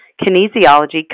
kinesiology